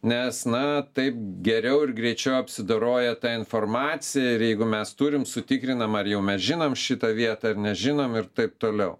nes na taip geriau ir greičiau apsidoroja ta informacija ir jeigu mes turim sutikrinam ar jau mes žinom šitą vietą ar nežinom ir taip toliau